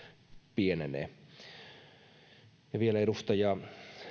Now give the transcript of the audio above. pienenee vielä edustaja